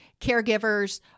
caregivers